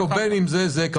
בישראל,